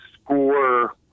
score